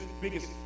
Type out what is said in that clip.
biggest